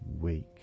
week